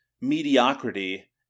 mediocrity